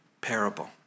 parable